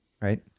right